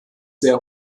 sehr